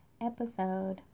episode